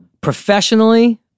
Professionally